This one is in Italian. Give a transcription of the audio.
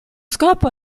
scopo